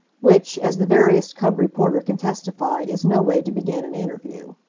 which, as the veriest cub reporter can testify, is no way to begin an interview.